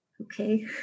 Okay